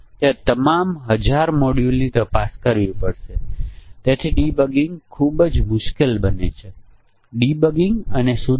અને જો તમે 3 વે અથવા 4 વે ધ્યાનમાં લો તો પરીક્ષણના કિસ્સાઓમાં ખૂબ જ ઓછી સંખ્યા હોવા છતાં તમને હાજર દરેક બગ મળે